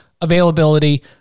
availability